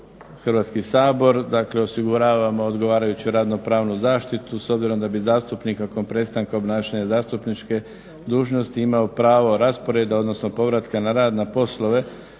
Hrvatski sabor. Dakle osiguravamo odgovarajuću radno-pravnu zaštitu s obzirom da bi zastupnik nakon prestanka obnašanja zastupničke dužnosti imao pravo rasporeda, odnosno povratka na rad na poslove